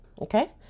Okay